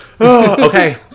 Okay